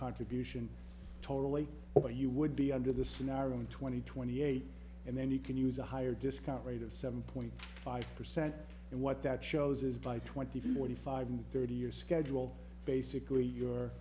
contribution totally or you would be under this scenario in twenty twenty eight and then you can use a higher discount rate of seven point five percent and what that shows is by twenty forty five and thirty year schedule basically your